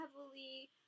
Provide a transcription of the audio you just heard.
heavily